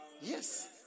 Yes